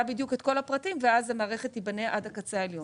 בדיוק את כל הפרטים ואז המערכת תיבנה עד הקצה העליון.